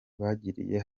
bagiriye